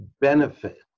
benefit